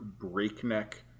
breakneck